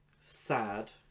Sad